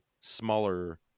smaller